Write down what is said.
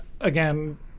Again